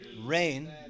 rain